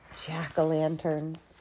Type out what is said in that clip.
jack-o'-lanterns